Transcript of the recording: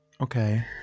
Okay